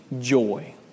joy